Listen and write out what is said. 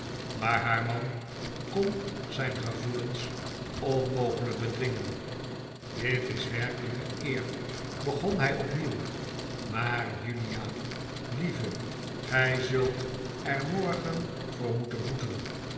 maar haar man kon zijn gevoelens onmogelijk bedwingen dit is werkelijk een eer begon hij opnieuw maar julia lieve gij zult er morgen voor moeten boeten